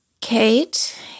Kate